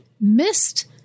missed